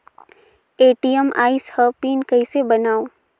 ATM आइस ह PIN कइसे बनाओ?